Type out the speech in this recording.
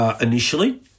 initially